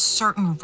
certain